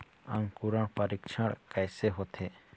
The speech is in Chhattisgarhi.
अंकुरण परीक्षण कैसे होथे?